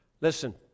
listen